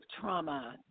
trauma